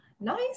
nice